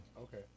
Okay